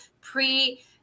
pre